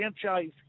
franchise